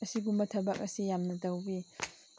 ꯑꯁꯤꯒꯨꯝꯕ ꯊꯕꯛ ꯑꯁꯤ ꯌꯥꯝꯅ ꯇꯧꯏ